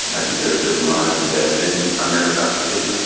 i think there's certain lies embedded in our meritocracy.